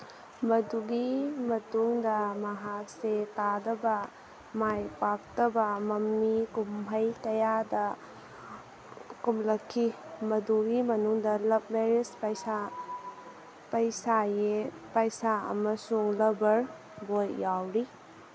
ꯃꯗꯨꯒꯤ ꯃꯇꯨꯡꯗ ꯃꯍꯥꯛ ꯁꯦꯜ ꯇꯥꯗꯕ ꯃꯥꯏꯄꯥꯛꯇꯕ ꯃꯃꯤ ꯀꯨꯝꯍꯩ ꯀꯌꯥꯗ ꯀꯨꯝꯂꯛꯈꯤ ꯃꯗꯨꯒꯤ ꯃꯅꯨꯡꯗ ꯂꯞ ꯃꯦꯔꯤꯁ ꯄꯩꯁꯥ ꯄꯩꯁꯥ ꯌꯦ ꯄꯩꯁꯥ ꯑꯃꯁꯨꯡ ꯂꯚꯔ ꯕꯣꯏ ꯌꯥꯎꯔꯤ